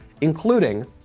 including